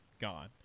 gone